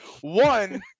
one